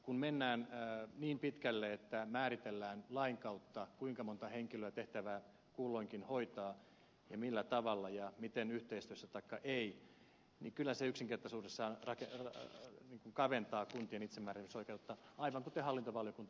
kun mennään niin pitkälle että määritellään lain kautta kuinka monta henkilöä tehtävää kulloinkin hoitaa ja millä tavalla ja miten yhteistyössä taikka ei niin kyllä se yksinkertaisuudessaan kaventaa kuntien itsemääräämisoikeutta aivan kuten hallintovaliokunta